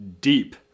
Deep